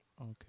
okay